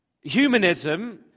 humanism